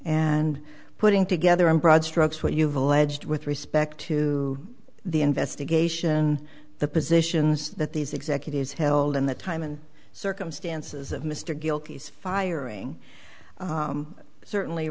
and putting together in broad strokes what you've alleged with respect to the investigation the positions that these executives held in that time and circumstances of mr gilkey is firing certainly